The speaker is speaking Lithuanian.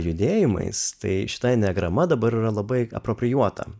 judėjimais tai šitai diagrama dabar yra labai proprijuota